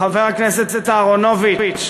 חבר הכנסת אהרונוביץ,